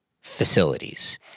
facilities